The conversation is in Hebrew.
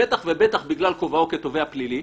ובטח ובטח בגלל כובעו כתובע פלילי.